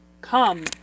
come